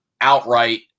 outright